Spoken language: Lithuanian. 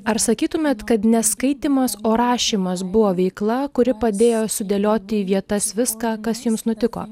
ar sakytumėt kad neskaitymas o rašymas buvo veikla kuri padėjo sudėlioti į vietas viską kas jums nutiko